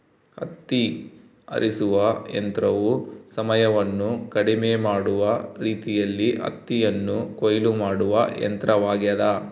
ಹತ್ತಿ ಆರಿಸುವ ಯಂತ್ರವು ಸಮಯವನ್ನು ಕಡಿಮೆ ಮಾಡುವ ರೀತಿಯಲ್ಲಿ ಹತ್ತಿಯನ್ನು ಕೊಯ್ಲು ಮಾಡುವ ಯಂತ್ರವಾಗ್ಯದ